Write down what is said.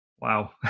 wow